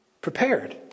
prepared